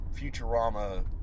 Futurama